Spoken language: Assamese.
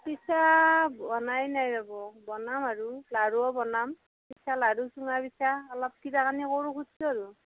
পিঠা বনাই নাই ৰ'বক বনাম আৰু লাৰুৱো বনাম পিঠা লাৰু চুঙা পিঠা অলপ কিবা কানি কৰোঁ খুজচো আৰু